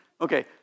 Okay